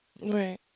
Right